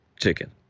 Chicken